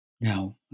now